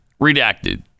redacted